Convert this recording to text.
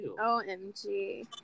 OMG